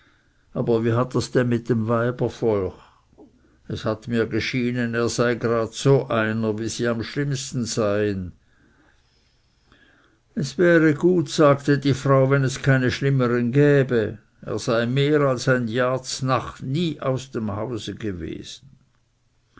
aber wie hat ers denn mit dem weibervolk es hat mir geschienen er sei gerade so einer wie sie am schlimmsten seien es wäre gut sagte die frau wenn es keine schlimmern gäbte er sei mehr als ein jahr znacht nie aus dem hause gewesen